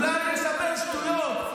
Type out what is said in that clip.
אולי אני מדבר שטויות,